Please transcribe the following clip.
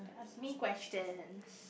ask me questions